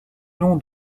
nom